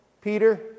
Peter